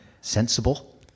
sensible